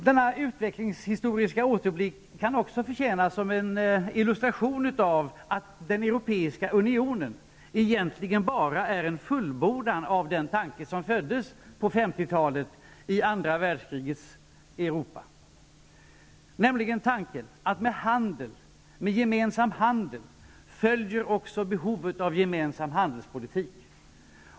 Denna historiska återblick kan också få tjäna som illustration av att den europeiska unionen bara är en fullbordan av den tanke som föddes på 50-talet, i andra världskrigets Europa. Det är tanken att med gemensam handel följer också behovet av gemensam handelspolitik.